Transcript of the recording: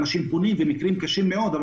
אנשים פונים ויש מקרים קשים מאוד,